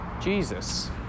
Jesus